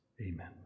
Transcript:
Amen